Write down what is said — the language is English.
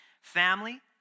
family